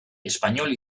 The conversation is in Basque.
espainol